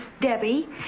Debbie